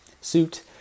suit